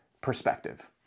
perspective